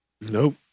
Nope